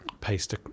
paste